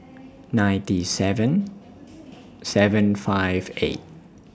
ninety seven seven five eight